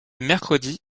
mercredi